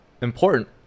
important